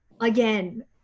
again